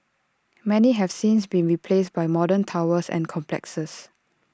many have since been replaced by modern towers and complexes